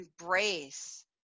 embrace